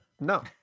No